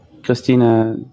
Christina